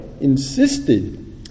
insisted